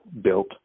built